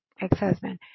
ex-husband